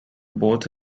both